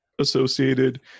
associated